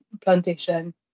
plantation